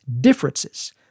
differences